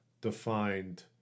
defined